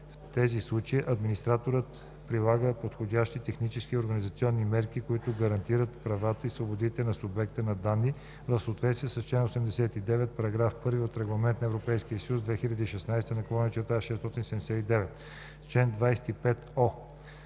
В тези случаи администраторът прилага подходящи технически и организационни мерки, които гарантират правата и свободите на субекта на данни в съответствие е чл. 89, параграф 1 от Регламент (ЕС) 2016/679. Чл. 25о.